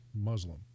Muslim